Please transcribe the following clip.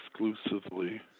exclusively